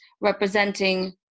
representing